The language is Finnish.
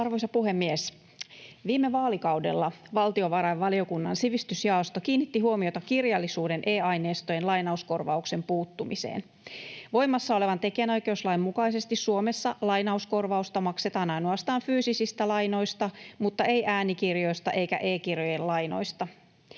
Arvoisa puhemies! Viime vaalikaudella valtiovarainvaliokunnan sivistysjaosto kiinnitti huomiota kirjallisuuden e-aineistojen lainauskorvauksen puuttumiseen. Voimassa olevan tekijänoikeuslain mukaisesti Suomessa lainauskorvausta maksetaan ainoastaan fyysisistä lainoista mutta ei äänikirjoista eikä e-kirjojen lainoista.